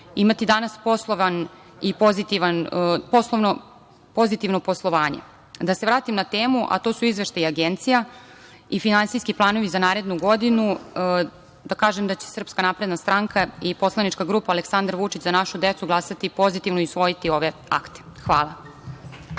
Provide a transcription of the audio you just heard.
imati danas pozitivno poslovanje. Da se vratim na temu, a to su izveštaji agencija i finansijski planovi za narednu godinu, da kažem da će SNS i Poslanička grupa Aleksandar Vučić – Za našu decu glasati pozitivno i usvoji ove akte. Hvala.